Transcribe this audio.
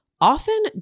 often